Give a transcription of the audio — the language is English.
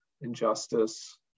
injustice